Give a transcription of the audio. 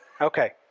Okay